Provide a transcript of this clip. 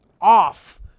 off